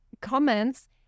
comments